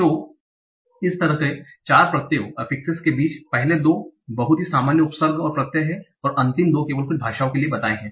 तो इस तरह के चार प्रत्ययों अफ्फ़िक्सेस के बीच पहले दो बहुत ही सामान्य उपसर्ग और प्रत्यय हैं और अंतिम दो केवल कुछ भाषाओं के लिए बताए हैं